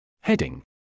Heading